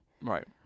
Right